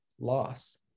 loss